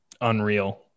unreal